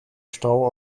stau